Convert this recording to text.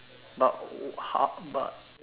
but what how but